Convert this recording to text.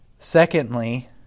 Secondly